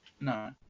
No